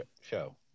show